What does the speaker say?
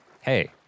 Hey